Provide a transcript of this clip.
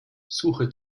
suche